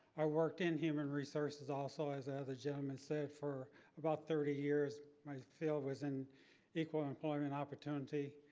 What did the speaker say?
i worked in human resources also as as the gentleman said for about thirty years, my field was in equal employment opportunity.